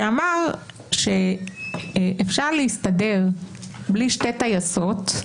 שאמר שאפשר להסתדר בלי שתי טייסות,